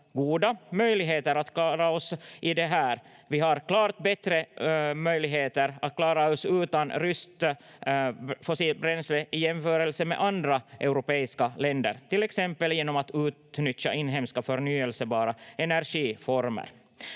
goda möjligheter att klara oss i det här. Vi har klart bättre möjligheter att klara oss utan ryskt fossilt bränsle i jämförelse med andra europeiska länder, till exempel genom att utnyttja inhemska förnyelsebara energiformer.